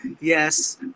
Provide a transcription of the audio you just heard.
yes